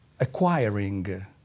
acquiring